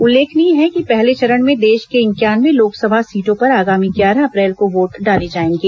उल्लेखनीय है कि पहले चरण में देश के इंक्यानवे लोकसभा सीटों पर आगामी ग्यारह अप्रैल को वोट डाले जायेंगे